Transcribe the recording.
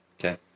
Okay